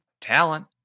talent